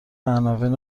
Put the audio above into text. عناوین